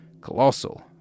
Colossal